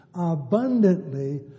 abundantly